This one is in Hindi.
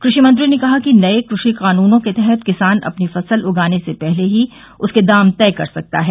कृषि मंत्री ने कहा कि नए कृषि कानूनों के तहत किसान अपनी फसल उगाने से पहले ही उसके दाम तय कर सकता है